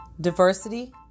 Diversity